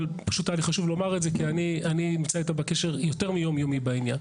היה לי חשוב לומר את זה כי אני נמצא איתה בקשר יותר מיומיומי בעניין.